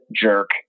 jerk